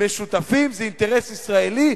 ומהלכים משותפים זה אינטרס ישראלי,